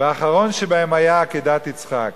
והאחרון שבהם היה עקדת יצחק.